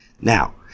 Now